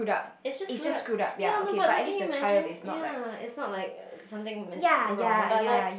it's just screwed up ya no but like can you imagine ya it's not like something went wrong but like